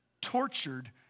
tortured